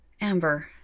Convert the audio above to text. Amber